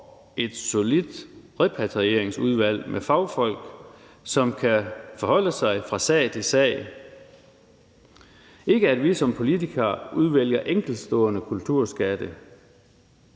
får et solidt repatrieringsudvalg med fagfolk, som kan forholde sig til det fra sag til sag. Løsningen er ikke, at vi som politikere udvælger enkeltstående kulturskatte